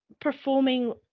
performing